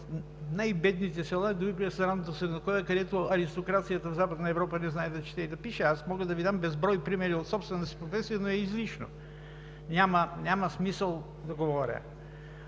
в най-бедните села дори през Ранното Средновековие, когато аристокрацията в Западна Европа не знае да чете и да пише. Мога да Ви дам безброй примери от собствената си професия, но е излишно, няма смисъл да говоря.